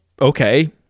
okay